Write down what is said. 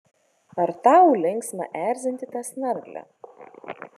ar tau linksma erzinti tą snarglę